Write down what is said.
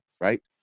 Right